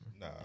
Nah